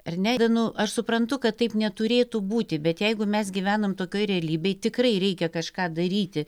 ar ne nu aš suprantu kad taip neturėtų būti bet jeigu mes gyvenam tokioj realybėj tikrai reikia kažką daryti